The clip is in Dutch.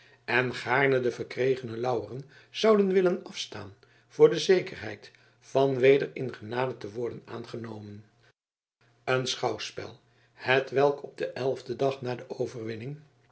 en gaarne de verkregene lauweren zouden willen afstaan voor de zekerheid van weder in genade te worden aangenomen een schouwspel hetwelk op den elfden dag na de overwinning